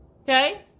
Okay